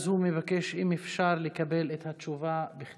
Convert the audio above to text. אז הוא מבקש, אם אפשר, לקבל את התשובה בכתב.